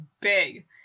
big